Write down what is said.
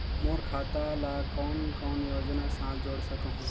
मोर खाता ला कौन कौन योजना साथ जोड़ सकहुं?